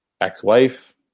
ex-wife